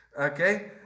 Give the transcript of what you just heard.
Okay